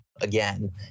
again